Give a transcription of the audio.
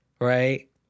right